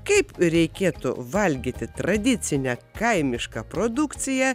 kaip reikėtų valgyti tradicinę kaimišką produkciją